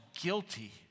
guilty